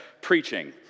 preaching